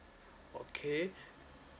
okay